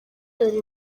dore